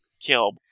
kill